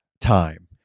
time